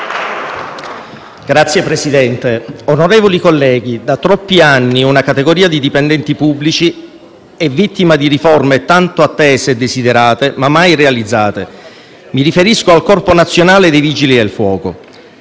Signor Presidente, onorevoli colleghi, da troppi anni una categoria di dipendenti pubblici è vittima di riforme tanto attese e desiderate, ma mai realizzate. Mi riferisco al Corpo nazionale dei vigili del fuoco.